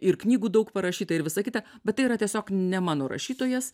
ir knygų daug parašyta ir visa kita bet tai yra tiesiog ne mano rašytojas